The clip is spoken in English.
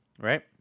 right